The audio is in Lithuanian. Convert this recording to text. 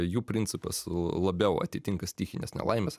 jų principas l labiau atitinka stichinės nelaimės